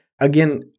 again